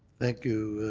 thank you,